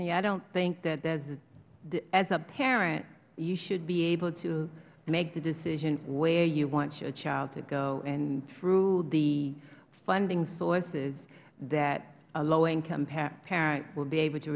personally i don't think that as a parent you should be able to make the decision where you want your child to go and through the funding sources that a low income parent will be able to